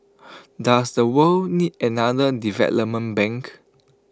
does the world need another development bank